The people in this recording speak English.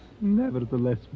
nevertheless